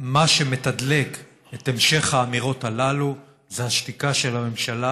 מה שמתדלק את המשך האמירות הללו זה השתיקה של הממשלה,